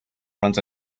runs